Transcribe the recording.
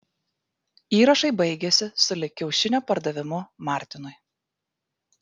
įrašai baigiasi sulig kiaušinio pardavimu martinui